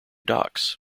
docks